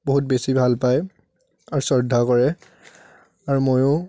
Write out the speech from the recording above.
বহুত বেছি ভাল পায় আৰু শ্ৰদ্ধা কৰে আৰু ময়ো